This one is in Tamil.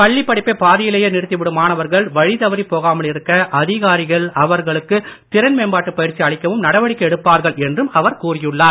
பள்ளிப் படிப்பை பாதியிலேயே நிறுத்தி விடும் மாணவர்கள் வழித்தவறிப் போகாமல் இருக்க அதிகாரிகள் அவர்களுக்கு திறன் மேம்பாட்டுப் பயிற்சி அளிக்கவும் நடவடிக்கை எடுப்பார்கள் என்றும் அவர் கூறியுள்ளார்